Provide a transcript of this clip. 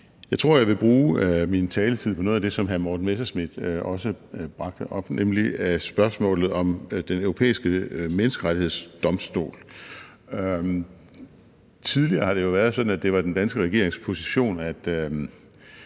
Jeg tror, jeg vil bruge min taletid på noget af det, som hr. Morten Messerschmidt også bragte op, nemlig spørgsmålet om Den Europæiske Menneskerettighedsdomstol. Tidligere har det jo været sådan, at det var den danske regerings position, at